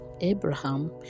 Abraham